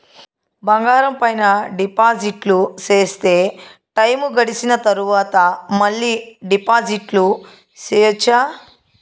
బంగారం పైన డిపాజిట్లు సేస్తే, టైము గడిసిన తరవాత, మళ్ళీ డిపాజిట్లు సెయొచ్చా?